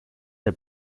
der